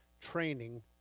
training